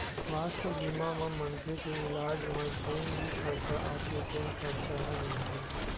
सुवास्थ बीमा म मनखे के इलाज म जेन भी खरचा आथे तेन खरचा ह मिलथे